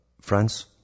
France